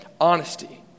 honesty